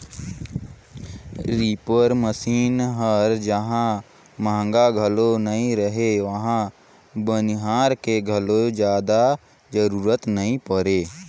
reaper machine हर जहां महंगा घलो नई रहें अउ बनिहार के घलो जादा जरूरत नई परे